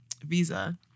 visa